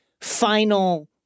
final